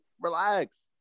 Relax